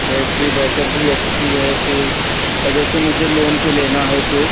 battery backup भी अच्छी है फ़िर और जैसे मुझे लोन पर लेना है तो